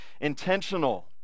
intentional